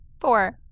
Four